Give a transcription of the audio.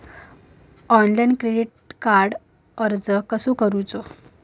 Online क्रेडिटाक अर्ज कसा करुचा?